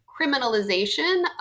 criminalization